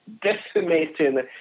decimating